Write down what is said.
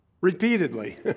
repeatedly